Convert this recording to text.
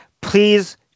please